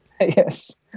Yes